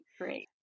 great